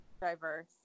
diverse